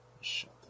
Shut